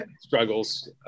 struggles